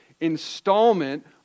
installment